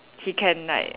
he can like